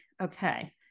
okay